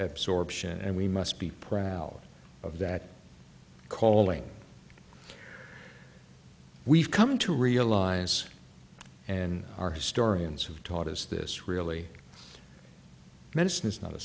absorption and we must be proud of that calling we've come to realize and our historians have taught us this really medicine is not a